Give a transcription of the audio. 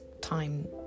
time